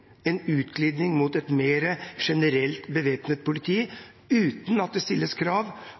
mot et mer generelt bevæpnet politi uten at det stilles krav